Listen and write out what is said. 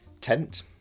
tent